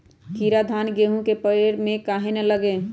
कीरा धान, गेहूं के पेड़ में काहे न लगे?